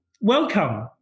Welcome